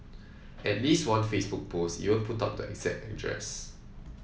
at least one Facebook post even put up the exact address